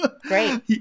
Great